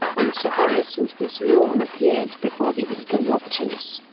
and sir horace and miss lorne appeared before the eager watchers.